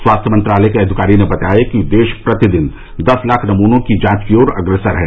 स्वास्थ्य मंत्रालय के अधिकारी ने बताया कि देश प्रतिदिन दस लाख नमूनों की जांच की ओर अग्रसर है